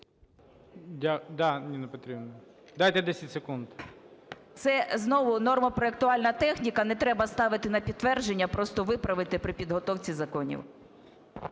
Да, Ніна Петрівна. Дайте 10 секунд. 16:11:42 ЮЖАНІНА Н.П. Це знову нормопроектуальна техніка, не треба ставити на підтвердження. Просто виправити при підготовці законів.